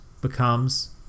becomes